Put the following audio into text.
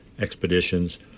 expeditions